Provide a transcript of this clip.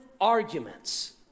arguments